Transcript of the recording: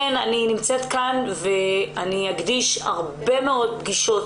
אני אקדיש הרבה מאוד פגישות,